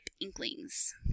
inklings